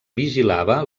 vigilava